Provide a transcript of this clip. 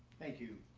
thank you.